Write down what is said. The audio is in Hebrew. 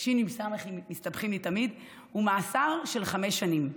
הוא מאסר של חמש שנים,